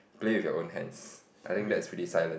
play with your own hands I think that's pretty silent